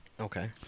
okay